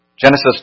Genesis